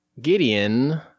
Gideon